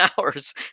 hours